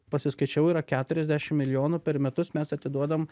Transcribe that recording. pasiskaičiavau yra keturiasdešimt milijonų per metus mes atiduodam